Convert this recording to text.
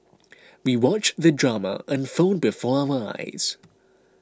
we watched the drama unfold before our eyes